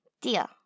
Deal